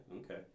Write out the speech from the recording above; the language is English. Okay